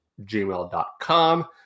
gmail.com